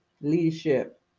leadership